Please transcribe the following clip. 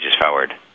forward